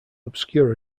obscure